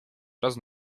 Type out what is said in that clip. razu